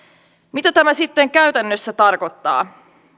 mitä tämä sitten käytännössä tarkoittaa